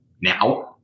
now